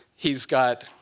he's got